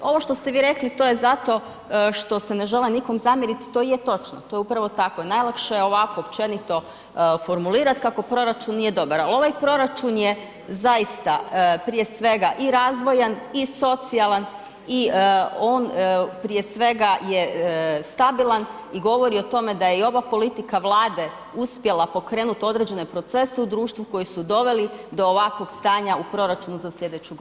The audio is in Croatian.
Ovo što ste vi rekli, to je zato što se ne žele nikom zamjerit, to je točno, to je upravo tako, najlakše je ovako općenito formulirat kako proračun nije dobar ali ovaj proračun je zaista prije svega i razvojan i socijalan i on prije svega je stabilan i govori o tome da je i ova politika Vlade uspjela pokrenut određene procese u društvu koji su doveli do ovakvog stanja u proračunu za slijedeću godinu, hvala.